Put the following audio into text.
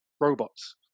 robots